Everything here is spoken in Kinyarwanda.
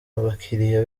abakiriya